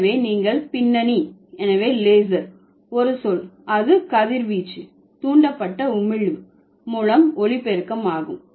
எனவே நீங்கள் பின்னணி எனவே லேசர் ஒரு சொல் அது கதிர்வீச்சு தூண்டப்பட்ட உமிழ்வு மூலம் ஒளி பெருக்கம் ஆகும்